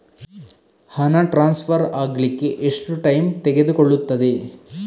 ಹಣ ಟ್ರಾನ್ಸ್ಫರ್ ಅಗ್ಲಿಕ್ಕೆ ಎಷ್ಟು ಟೈಮ್ ತೆಗೆದುಕೊಳ್ಳುತ್ತದೆ?